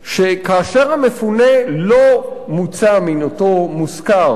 שכאשר המפונה לא מוצא מן אותו מושכר,